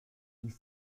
die